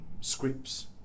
scripts